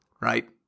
right